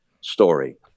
story